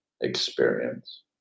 experience